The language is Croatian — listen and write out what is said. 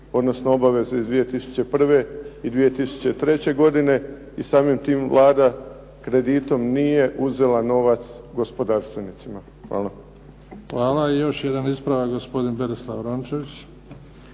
odnosno obaveze iz 2001. i 2003. godine i samim tim kreditom Vlada nije uzela novac gospodarstvenicima. Hvala. **Bebić, Luka (HDZ)** Hvala. Još jedan ispravak gospodin Berislav Rončević.